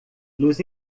nos